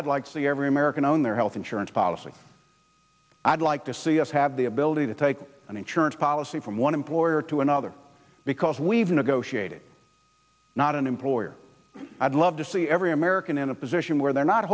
i'd like to see every american own their health insurance policy i'd like to see us have the ability to take an insurance policy from one employer to another because we've negotiated not an employer i'd love to see every american in a position where they're not